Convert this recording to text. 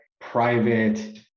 private